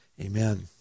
Amen